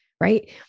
right